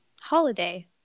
Holiday